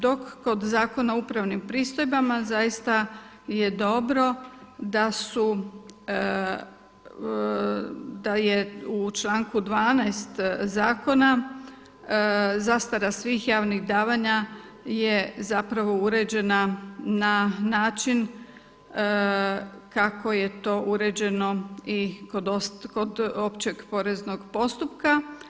Dok kod Zakona o upravnim pristojbama zaista je dobro da je u članku 12. zakona zastara svih javnih davanja je zapravo uređena na način kako je to uređeno i kod Općeg poreznog postupka.